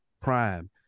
Prime